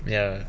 ya